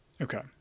okay